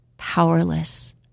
powerless